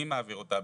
מי מעביר אותה,